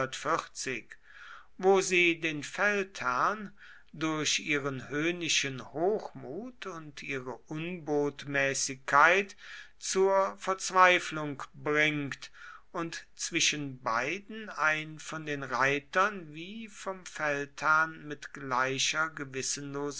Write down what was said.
wo sie den feldherrn durch ihren höhnischen hochmut und ihre unbotmäßigkeit zur verzweiflung bringt und zwischen beiden ein von den reitern wie vom feldherrn mit gleicher